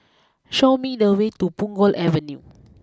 show me the way to Punggol Avenue